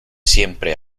siempre